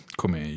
come